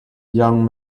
young